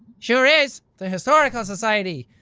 sure is! the historical society!